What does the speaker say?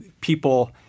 people